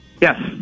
Yes